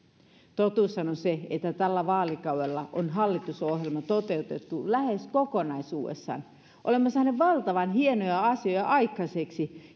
totuushan on se että tällä vaalikaudella on hallitusohjelma toteutettu lähes kokonaisuudessaan olemme saaneet valtavan hienoja asioita aikaiseksi